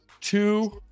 two